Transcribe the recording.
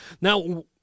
Now